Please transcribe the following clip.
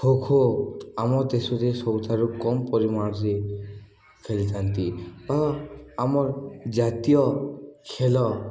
ଖୋଖୋ ଆମ ଦେଶରେ ସବୁଠାରୁ କମ୍ ପରିମାଣରେ ଖେଳିଥାନ୍ତି ବା ଆମର୍ ଜାତୀୟ ଖେଳ